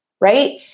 right